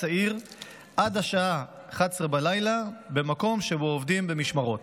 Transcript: צעיר עד השעה 23:00 במקום שבו עובדים במשמרות.